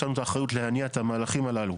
יש לנו את האחריות להניע את המהלכים הללו,